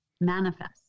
manifest